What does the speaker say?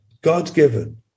God-given